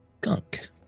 Gunk